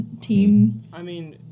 team